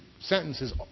sentences